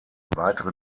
weitere